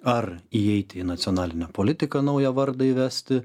ar įeiti į nacionalinę politiką naują vardą įvesti